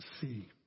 see